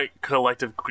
collective